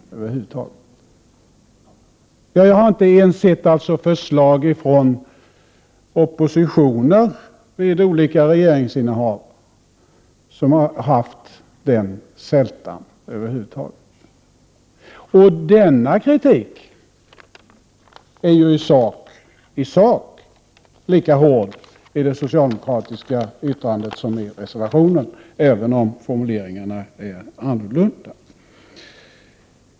Jag harinte vid olika regeringsinnehav sett något förslag från oppositionen som har haft den sältan. Denna kritik är ju i sak lika hård i det socialdemokratiska yttrandet som i reservationen, även om formuleringarna är annorlunda.